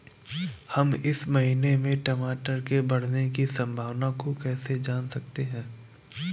हम इस महीने में टमाटर के बढ़ने की संभावना को कैसे जान सकते हैं?